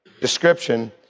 description